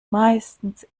meistens